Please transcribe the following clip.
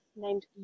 named